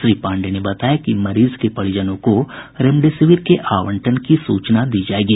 श्री पांडेय ने बताया कि मरीज के परिजनों को रेमडेसिविर के आवंटन की सूचना भी दी जायेगी